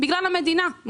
בגלל המדינה.